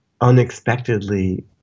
unexpectedly